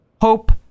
hope